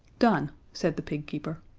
done, said the pig keeper.